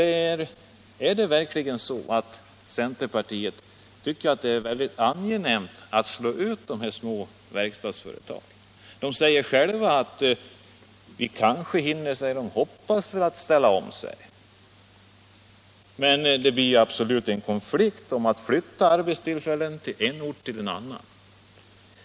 Tycker verkligen centerpartiet att det är särskilt angenämt att slå ut de här små verkstadsföretagen? De säger själva att de hoppas att de skall hinna ställa om sig, men det blir definitivt en konflikt mellan olika intressen när arbetstillfällen skall flyttas från en ort till en annan.